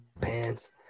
pants